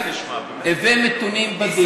"הוו מתונים בדין".